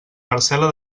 parcel·la